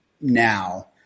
now